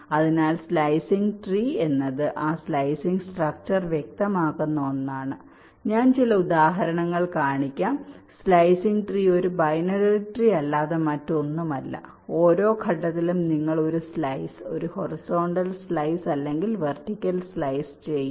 അതിനാൽ slicing tree എന്നത് ആ സ്ലൈസിംഗ് സ്ട്രക്ച്ചർ വ്യക്തമാക്കുന്ന ഒന്നാണ് ഞാൻ ചില ഉദാഹരണങ്ങൾ കാണിക്കും സ്ലൈസിംഗ് ട്രീ ഒരു ബൈനറി ട്രീ അല്ലാതെ മറ്റൊന്നുമല്ല ഓരോ ഘട്ടത്തിലും നിങ്ങൾ ഒരു സ്ലൈസ് ഹൊറിസോണ്ടൽ സ്ലൈസ് അല്ലെങ്കിൽ വെർട്ടിക്കൽ സ്ലൈസ് ചെയ്യുന്നു